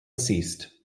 ceased